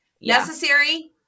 necessary